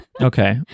Okay